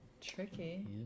tricky